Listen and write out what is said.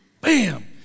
Bam